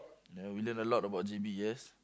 ya we learn a lot about J_B yes